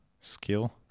skill